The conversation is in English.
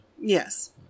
Yes